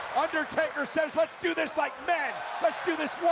undertaker says let's do this like men! let's do this one